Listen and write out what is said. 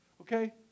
Okay